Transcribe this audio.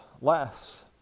less